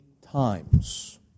times